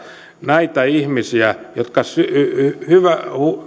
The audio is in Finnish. näitä ihmisiä jotka